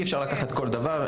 אי אפשר לקחת כל דבר.